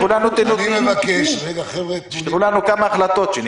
סעיף החיוניות,